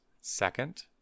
Second